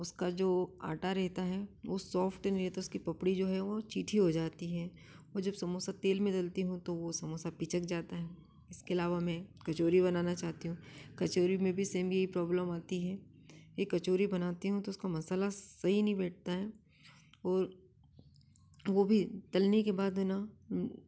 उसका जो आटा रहता है वो सॉफ्ट नहीं रहता है उसकी पपड़ी जो है वो चिठी हो जाती है वो जब समोसा तेल में तलती हूँ तो वो समोसा पिचक जाता है इसके अलावा मैं कचोरी बनाना चाहती हूँ कचोरी में भी सेम यही प्रॉब्लम आती हैं ये कचोरी बनाती हूँ तो उसका मसाला सही नहीं बैठता है और वो भी तलने के बाद में ना